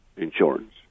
insurance